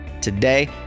Today